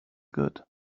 good